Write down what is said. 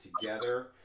together